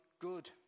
good